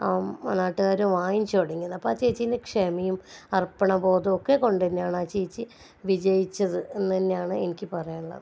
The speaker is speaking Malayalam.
നാട്ടുകാർ വാങ്ങിച്ചു തുടങ്ങിയത് അപ്പോൾ ആ ചേച്ചിൻ്റെ ക്ഷമയും അർപ്പണ ബോധവും ഒക്കെ കൊണ്ടു തന്നെയാണ് ആ ചേച്ചി വിജയിച്ചത് എന്നു തന്നെയാണ് എനിക്ക് പറയാനുള്ളത്